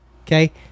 Okay